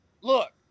Look